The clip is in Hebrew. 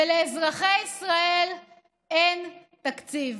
ולאזרחי ישראל אין תקציב.